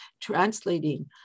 translating